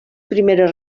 primeres